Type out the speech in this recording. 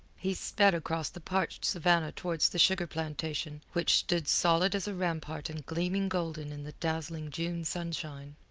he sped across the parched savannah towards the sugar plantation which stood solid as a rampart and gleaming golden in the dazzling june sunshine.